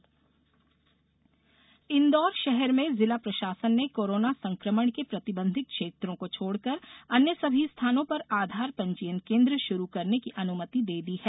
आधार पंजीयन इंदौर षहर में जिला प्रषासन ने कोरोना संक्रमण के प्रतिबंधित क्षेत्रों को छोड़कर अन्य सभी स्थानों पर आधार पंजीयन केंद्र षुरु करने की अनुमति दे दी है